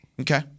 Okay